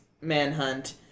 manhunt